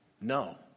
No